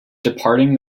departing